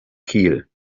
kiel